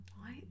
right